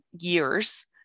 years